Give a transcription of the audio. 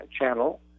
Channel